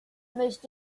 most